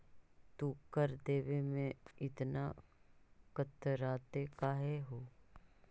तू कर देवे में इतना कतराते काहे हु